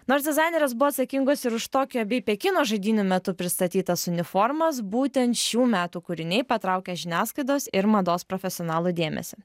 nors dizainerės buvo atsakingos ir už tokijo bei pekino žaidynių metu pristatytas uniformas būtent šių metų kūriniai patraukė žiniasklaidos ir mados profesionalų dėmesį